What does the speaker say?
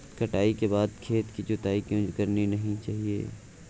कटाई के बाद खेत की जुताई क्यो करनी चाहिए?